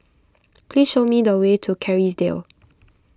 please show me the way to Kerrisdale